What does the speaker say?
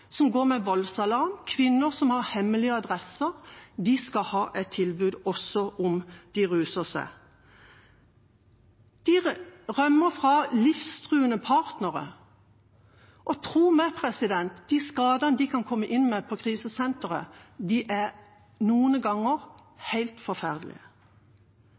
som har hemmelig adresse. De skal ha et tilbud også om de ruser seg. De rømmer fra livstruende partnere, og tro meg, de skadene de kan komme inn med på krisesenteret, er noen ganger helt forferdelige.